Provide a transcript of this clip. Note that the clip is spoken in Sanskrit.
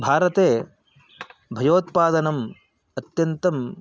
भारते भयोत्पादनम् अत्यन्तम्